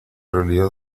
realidad